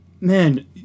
man